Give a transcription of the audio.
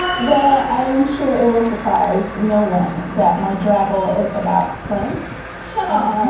well, i am sure it will surprise no. one that my drabble is about prince. shut off